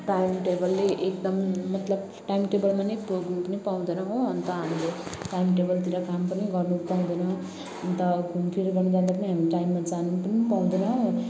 time टेबलै एकदम मतलब टाइम टेबलमा नै पुग्नु पनि पाउँदैन हो अन्त हामीले टाइम टेबलतिर काम पनि गर्नुपाउँदैन अन्त घुमफिर गर्नु जाँदा पनि हामी टाइममा जानु पनि पाउँदैन हो